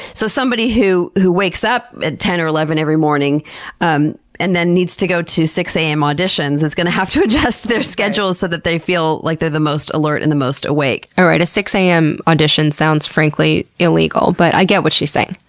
so somebody who who wakes up at ten or eleven every morning um and then needs to go to six am auditions is going to have to adjust their schedule so they feel like they're the most alert and the most awake. all right. a six am audition sounds frankly illegal, but i get what she's saying.